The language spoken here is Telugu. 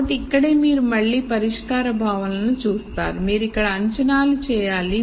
కాబట్టి ఇక్కడే మీరు మళ్ళీ పరిష్కార భావనను చూస్తారు మీరు ఇక్కడ అంచనాలు చేయాలి